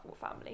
family